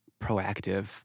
proactive